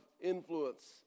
influence